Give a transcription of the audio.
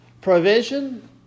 provision